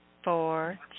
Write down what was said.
Four